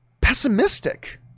pessimistic